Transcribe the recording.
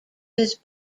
his